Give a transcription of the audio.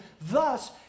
thus